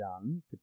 done